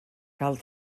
cal